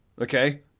Okay